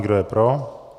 Kdo je pro?